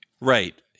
Right